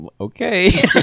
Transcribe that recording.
okay